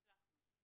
הצלחנו.